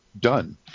done